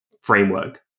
framework